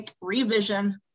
revision